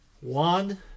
One